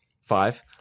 Five